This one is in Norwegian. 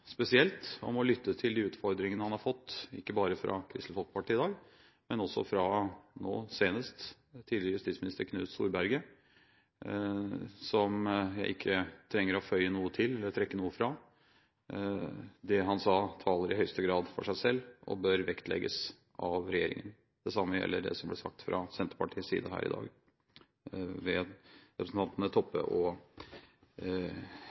har fått ikke bare fra Kristelig Folkeparti i dag, men også nå senest fra tidligere justisminister Knut Storberget. Her trenger jeg ikke å føye noe til eller trekke noe fra. Det han sa, taler i høyeste grad for seg selv og bør vektlegges av regjeringen. Det samme gjelder det som ble sagt fra Senterpartiets side her i dag, ved representantene